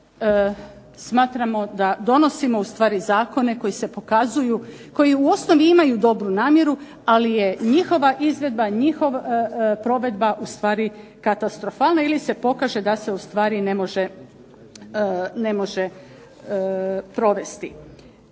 smatramo da donosimo ustvari zakone koji se pokazuju, koji u osnovi imaju dobru namjeru, ali je njihova izvedba, njihov provedba ustvari katastrofalna, ili se pokaže da se ustvari ne može provesti.